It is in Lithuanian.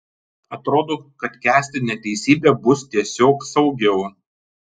atrodo kad kęsti neteisybę bus tiesiog saugiau